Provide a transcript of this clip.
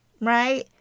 Right